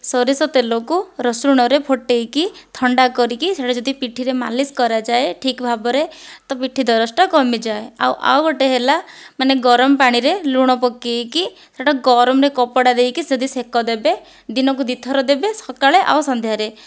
ସୋରିଷ ତେଲକୁ ରସୁଣରେ ଫୁଟାଇକି ଥଣ୍ଡା କରିକି ସେଇଟା ଯଦି ପିଠିରେ ମାଲିସ୍ କରାଯାଏ ଠିକ୍ ଭାବରେ ତ ପିଠି ଦରଜଟା କମିଯାଏ ଆଉ ଆଉ ଗୋଟିଏ ହେଲା ମାନେ ଗରମ ପାଣିରେ ଲୁଣ ପକାଇକି ସେଇଟା ଗରମରେ କପଡ଼ା ଦେଇକି ଯଦି ସେକ ଦେବେ ଦିନକୁ ଦୁଇଥର ଦେବେ ସକାଳେ ଆଉ ସନ୍ଧ୍ୟାରେ